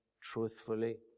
truthfully